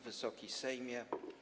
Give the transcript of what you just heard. Wysoki Sejmie!